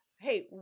hey